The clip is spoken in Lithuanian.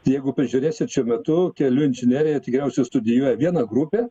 jeigu pažiūrėsit šiuo metu kelių inžineriją tikriausiai studijuoja viena grupė